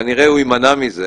כנראה הוא יימנע מזה